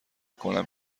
کنم